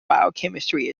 biochemistry